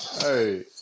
Hey